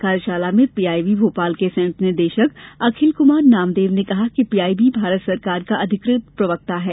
कार्यशाल में पीआईबी भोपाल के संयुक्त निदेशक अखिल कुमार नामदेव ने कहा कि पीआईबी भारत सरकार का अधिकृत प्रवक्ता है